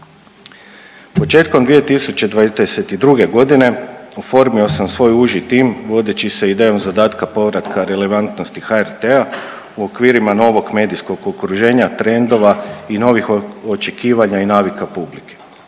Početkom 2022. godine oformio sam svoj uži tim vodeći se idejom zadatka povratka relevantnosti HRT-a u okvirima novog medijskog okruženja, trendova i novih očekivanja i navika publike.